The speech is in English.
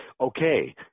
okay